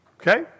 okay